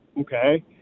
okay